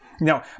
Now